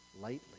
lightly